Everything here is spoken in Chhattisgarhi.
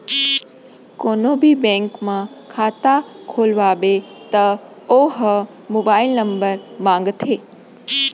कोनो भी बेंक म खाता खोलवाबे त ओ ह मोबाईल नंबर मांगथे